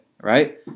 Right